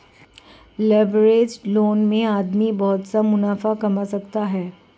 leveraged loan में आदमी बहुत सा मुनाफा कमा सकता है